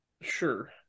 Sure